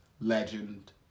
legend